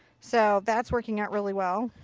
so that's working out really well.